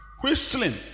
whistling